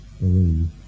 believe